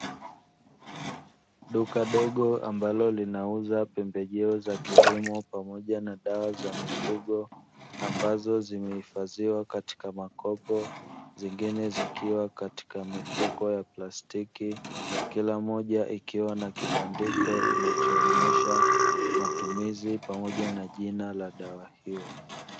Duka dogo ambalo linauza pembejeo za kilimo pamoja na dawa za mifugo ambazo zimehifadhiwa katika makopo, zingine zikiwa katika mifuko ya plastiki kila moja ikiwa na kibandiko inachonyesha matumizi pamoja na jina la dawa hiyo.